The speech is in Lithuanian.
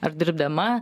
ar dirbdama